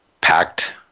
packed